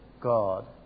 God